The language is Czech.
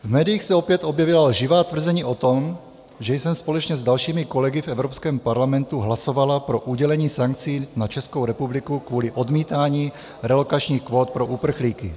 V médiích se opět objevila lživá tvrzení o tom, že jsem společně s dalšími kolegy v Evropském parlamentu hlasovala pro udělení sankcí na Českou republiku kvůli odmítání relokačních kvót pro uprchlíky.